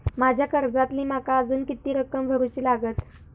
माझ्या कर्जातली माका अजून किती रक्कम भरुची लागात?